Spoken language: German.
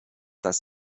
das